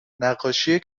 نقاشی